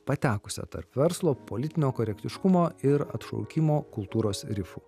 patekusią tarp verslo politinio korektiškumo ir atšaukimo kultūros rifų